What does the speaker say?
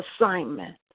assignment